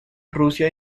rusia